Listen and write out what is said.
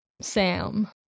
Sam